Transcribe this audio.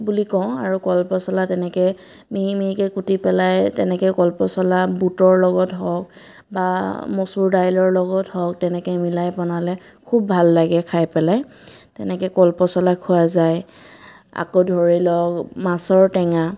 বুলি কওঁ আৰু কলপচলা তেনেকৈ মিহি মিহিকৈ কুটি পেলাই তেনেকৈ কলপচলা বুটৰ লগত হওক বা মচুৰ দাইলৰ লগত হওক তেনেকৈ মিলাই বনালে খুব ভাল লাগে খাই পেলাই তেনেকৈ কলপচলা খোৱা যায় আকৌ ধৰি লওক মাছৰ টেঙা